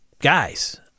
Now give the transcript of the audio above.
guys